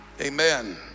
Amen